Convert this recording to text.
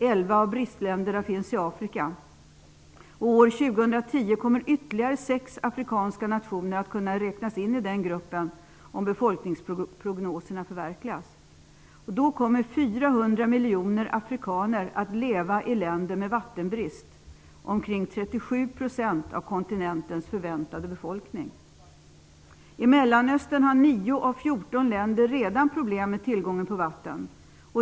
11 av bristländerna finns i Afrika. År 2010 kommer ytterligare 6 afrikanska nationer att kunna räknas in i den gruppen, om befolkningsprognoserna förverkligas. Då kommer 400 miljoner afrikaner att leva i länder med vattenbrist. Det är ca 37 % av den befolkning kontinenten beräknas ha. I Mellanöstern har 9 av 14 länder redan problem med tillgången på vatten.